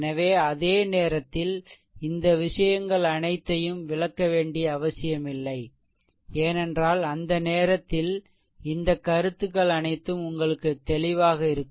எனவே அந்த நேரத்தில் இந்த விஷயங்கள் அனைத்தையும் விளக்க வேண்டிய அவசியமில்லை ஏனென்றால் அந்த நேரத்தில் இந்த கருத்துக்கள் அனைத்தும் உங்களுக்கு தெளிவாக இருக்கும்